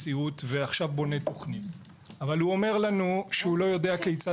הכסף לזה, אנחנו יודעים.